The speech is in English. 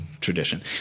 tradition